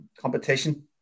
Competition